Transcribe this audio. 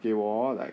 they were all like